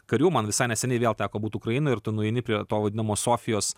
karių man visai neseniai vėl teko būt ukrainoj ir tu nueini prie to vadinamo sofijos